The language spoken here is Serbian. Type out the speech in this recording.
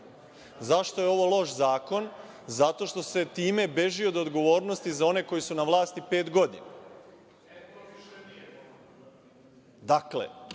Zašto je ovo loš zakon? Zato što se time beži od odgovornosti za one koji su na vlasti pet godina.Zašto